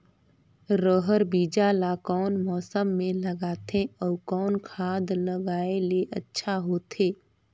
रहर बीजा ला कौन मौसम मे लगाथे अउ कौन खाद लगायेले अच्छा होथे?